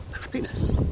happiness